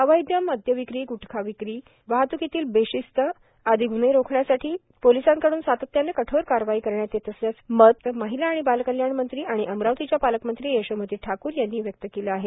अवैध मद्यविक्री ग्टखाविक्री वाहत्कीतील बेशिस्त आदी ग्न्हे रोखण्यासाठी पोलीसांकडून सातत्यानं कठोर कारवाई करण्यात येत असल्याचं महिला आणि बालकल्याण मंत्री आणि अमरावतीच्या पालकमंत्री यशोमती ठाकूर यांनी व्यक्त केली आहे